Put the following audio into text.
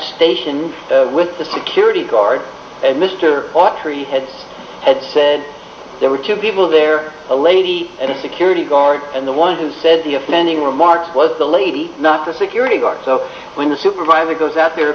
station with the security guard mr hawtrey had had said there were two people there a lady and a security guard and the one who said the offending remarks was the lady not the security guard so when the supervisor goes out there a